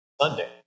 Sunday